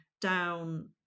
down